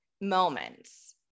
moments